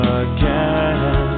again